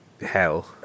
hell